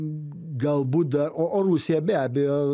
galbūt dar o o rusija be abejo